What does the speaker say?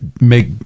make